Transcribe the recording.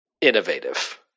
innovative